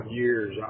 years